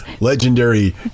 Legendary